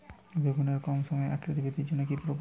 বেগুনের কম সময়ে আকৃতি বৃদ্ধির জন্য কি প্রয়োগ করব?